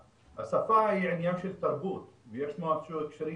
השפה היא עניין של תרבות ויש שם קשרים